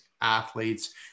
athletes